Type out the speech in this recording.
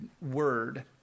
word